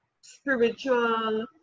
spiritual